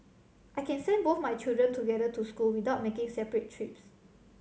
I can send both my children together to school without making separate trips